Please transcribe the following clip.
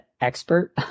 expert